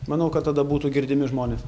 manau kad tada būtų girdimi žmonės